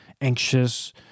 anxious